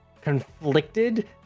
conflicted